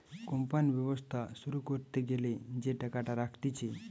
company ব্যবসা শুরু করতে গ্যালা যে টাকাটা রাখতিছে